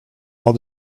all